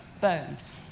bones